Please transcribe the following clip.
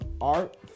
art